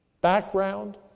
Background